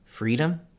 Freedom